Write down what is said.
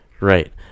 right